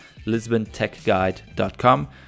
lisbontechguide.com